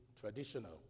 traditional